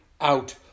out